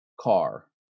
car